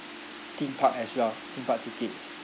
theme park as well theme park tickets